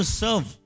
serve